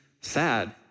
sad